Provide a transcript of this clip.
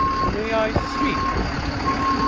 may i speak with antonio?